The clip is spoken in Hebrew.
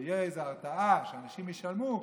שתהיה איזושהי הרתעה כדי שאנשים ישלמו,